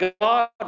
God